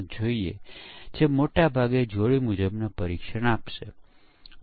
તો હવે આપણે વ્હાઇટ બોક્સ પરીક્ષણ કેવી રીતે કરીશું